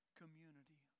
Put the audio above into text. community